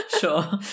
sure